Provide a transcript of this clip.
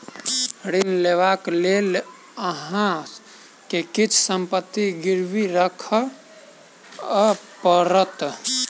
ऋण लेबाक लेल अहाँ के किछ संपत्ति गिरवी राखअ पड़त